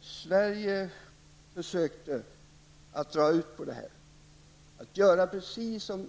Sverige försökte dra ut på denna process och göra den precis som